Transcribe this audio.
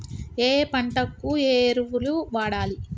ఏయే పంటకు ఏ ఎరువులు వాడాలి?